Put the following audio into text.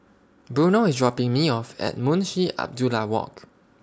Bruno IS dropping Me off At Munshi Abdullah Walk